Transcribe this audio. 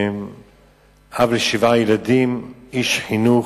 אב לשבעה ילדים, איש חינוך,